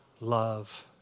love